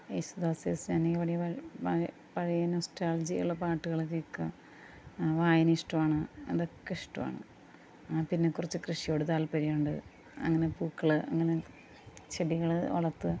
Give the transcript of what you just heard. Yesudas S Janaki കൂടെ പഴയ പഴയ പഴയ നൊസ്റ്റാൾജിയ് ഉള്ള പാട്ടുകള് കേൾക്കുക ആ വായന ഇഷ്ടമാണ് അതൊക്കെ ഇഷ്ടമാണ് ആ പിന്നെ കുറച്ച് കൃഷിയോട് താല്പര്യം ഉണ്ട് അങ്ങനെ പൂക്കള് അങ്ങനെ ചെടികൾ വളർത്താം